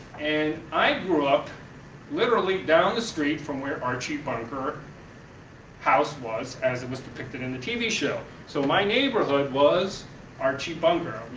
and i grew up literally down the street from where archie bunker's house was as it was depicted in the t v. show. so my neighborhood was archie bunker,